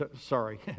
Sorry